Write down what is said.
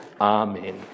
Amen